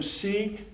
seek